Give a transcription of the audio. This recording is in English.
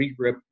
regrip